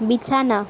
বিছানা